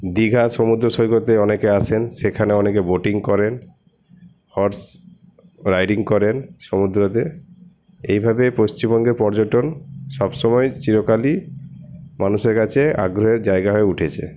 দিঘা সমুদ্র সৈকতে অনেকে আসেন সেখানে অনেকে বোটিং করেন হর্স রাইডিং করেন সমুদ্রতে এইভাবে পশ্চিমবঙ্গে পর্যটন সবসময় চিরকালই মানুষের কাছে আগ্রহের জায়গা হয়ে উঠেছে